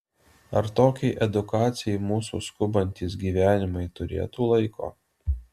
ar tokiai edukacijai mūsų skubantys gyvenimai turėtų laiko